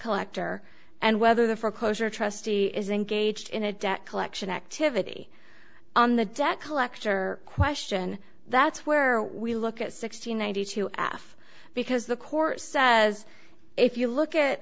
collector and whether the foreclosure trustee is engaged in a debt collection activity on the debt collector question that's where we look at sixty ninety two after because the course says if you look